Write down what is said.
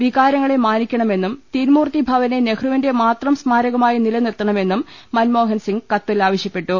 വികാരങ്ങളെ മാനിക്കണമെന്നും തീൻമൂർത്തി ഭവനെ നെഹ്റുവിന്റെ മാത്രം സ്മാരകമായി നിലനിർത്ത ണമെന്നും മൻമോഹൻസിംഗ് കത്തിൽ ആവശ്യപ്പെട്ടു